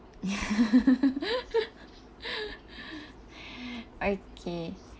okay